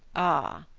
ah!